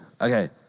Okay